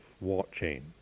watching